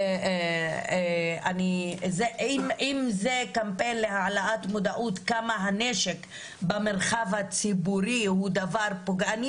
אם זה קמפיין להעלאת מודעות כמה הנשק במרחב הציבורי הוא דבר פוגעני,